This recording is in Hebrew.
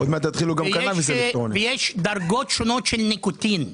יש דרגות שונות של ניקוטין.